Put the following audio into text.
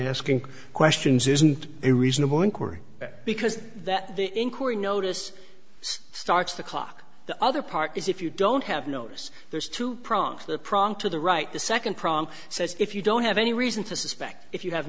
asking questions isn't it reasonable inquiry because that the inquiry notice starts the clock the other part is if you don't have notice there's two prongs the prong to the right the second prong says if you don't have any reason to suspect if you have